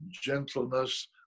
gentleness